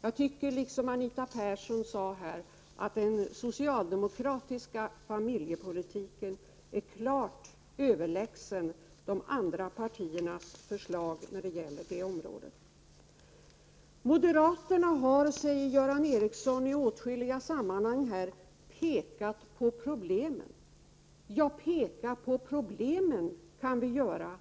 Jag tycker, precis som Anita Persson här sade, att den socialdemokratiska familjepolitiken är klart överlägsen de andra partiernas förslag på detta område. Göran Ericsson säger att moderaterna i åtskilliga sammanhang har pekat på problemen. Ja, det kan vi alla göra.